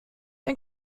ein